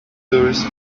tourists